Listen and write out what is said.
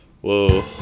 Whoa